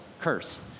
curse